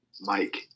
Mike